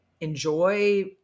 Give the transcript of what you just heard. enjoy